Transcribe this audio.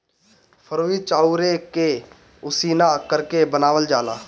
फरुई चाउरे के उसिना करके बनावल जाला